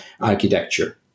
architecture